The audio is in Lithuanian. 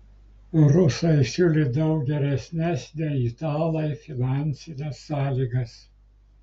rusai siūlė daug geresnes nei italai finansines sąlygas